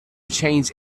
change